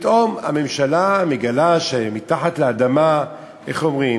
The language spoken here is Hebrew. שפתאום הממשלה מגלה שמתחת לאדמה, איך אומרים,